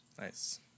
Nice